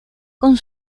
con